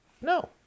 No